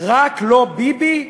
"רק לא ביבי"